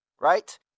right